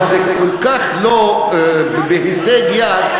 אבל זה כל כך לא בהישג יד,